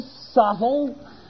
subtle